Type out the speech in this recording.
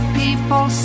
people